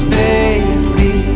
baby